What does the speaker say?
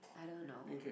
I don't know